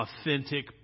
authentic